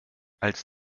als